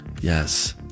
Yes